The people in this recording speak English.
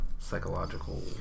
Psychological